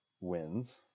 wins